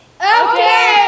Okay